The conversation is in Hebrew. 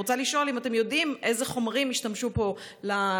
אני רוצה לשאול אם אתם יודעים באיזה חומרים השתמשו פה לחיטוי